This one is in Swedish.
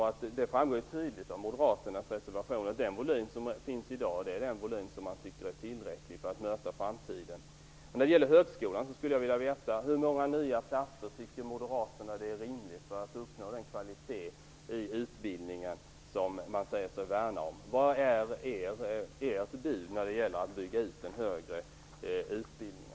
Det framgår tydligt av moderaternas reservation att den volym som finns i dag är den volym som man anser vara tillräcklig för att möta framtiden. När det gäller högskolan skulle jag vilja veta: Hur många nya platser tycker moderaterna vore rimligt för att den kvalitet i utbildningen som man säger sig värna om skall kunna uppnås? Vad är ert bud när det gäller att bygga ut den högre utbildningen?